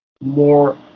more